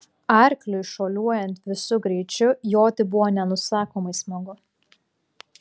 arkliui šuoliuojant visu greičiu joti buvo nenusakomai smagu